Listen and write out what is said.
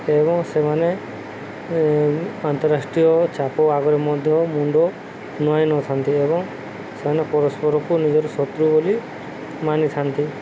ଏବଂ ସେମାନେ ଅନ୍ତରାଷ୍ଟ୍ରୀୟ ଚାପ ଆଗରେ ମଧ୍ୟ ମୁଣ୍ଡ ନୁଆଇଁ ନ ଥାନ୍ତି ଏବଂ ସେମାନେ ପରସ୍ପରକୁ ନିଜର ଶତ୍ରୁ ବୋଲି ମାନିଥାନ୍ତି